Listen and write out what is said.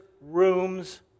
rooms